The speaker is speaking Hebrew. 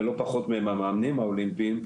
ולא פחות מהם המאמנים האולימפיים,